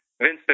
Vince